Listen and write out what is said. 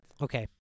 Okay